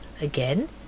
again